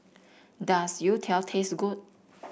does Youtiao taste good